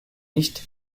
nicht